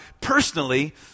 personally